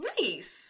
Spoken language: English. Nice